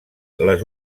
les